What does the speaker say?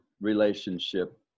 relationship